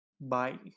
Bye